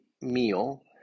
meal